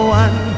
one